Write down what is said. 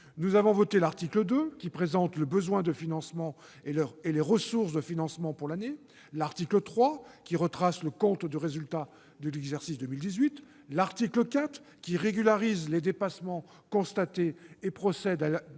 Nous avons voté l'article 2, qui présente le besoin de financement et les ressources de financement pour l'année ; l'article 3, qui retrace le compte de résultat de l'exercice 2018 ; l'article 4, qui régularise les dépassements constatés et procède à